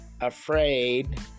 afraid